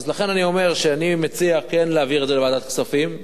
לכן אני אומר שאני מציע כן להעביר את זה לוועדת הכספים.